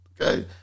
Okay